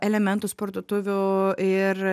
elementus parduotuvių ir